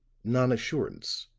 non-assurance,